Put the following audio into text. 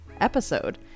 episode